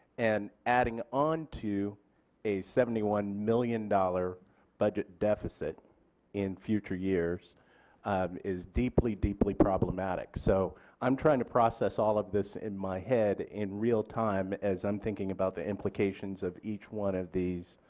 and adding on to a seventy one million dollars budget deficit in future years is deeply deeply problematic so i am trying to process all of this in my head in real time as i am thinking about the implications of each one of these